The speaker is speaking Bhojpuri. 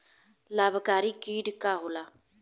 लाभकारी कीट का होला?